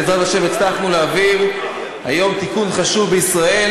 בעזרת השם הצלחנו להעביר היום תיקון חשוב בישראל,